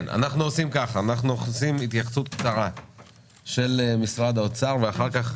אנחנו מבקשים התייחסות קצרה של משרד האוצר ואחר כך